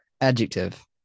Adjective